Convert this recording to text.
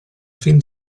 fin